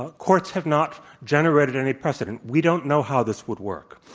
ah courts have not generated any precedent. we don't know how this would work.